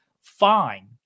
fine